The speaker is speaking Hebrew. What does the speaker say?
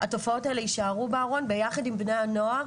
התופעות האלה יישארו בארון יחד עם בני הנוער,